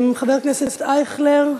חבר הכנסת אייכלר,